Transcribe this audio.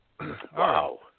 Wow